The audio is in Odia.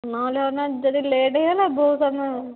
ନହେଲେ ଅନା ଯଦି ଲେଟ୍ ହୋଇଗଲା ବହୁତ ସମୟ